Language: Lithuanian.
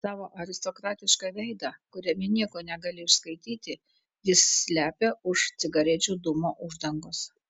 savo aristokratišką veidą kuriame nieko negali išskaityti jis slepia už cigarečių dūmų uždangos